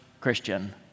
Christian